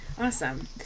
Awesome